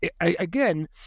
again